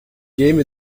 game